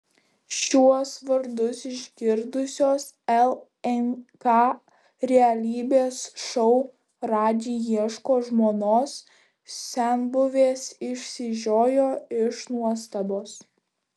šiuos vardus išgirdusios lnk realybės šou radži ieško žmonos senbuvės išsižiojo iš nuostabos